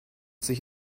sich